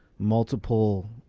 multiple.